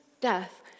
death